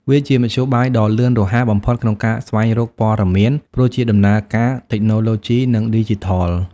វាជាមធ្យោបាយដ៏លឿនរហ័សបំផុតក្នុងការស្វែងរកព័ត៌មាន ព្រោះជាដំណើរការតិចណូទ្បូជីនិងឌីជីថល។